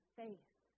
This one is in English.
faith